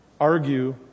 argue